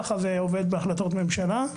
כך זה עובד בהחלטות ממשלה.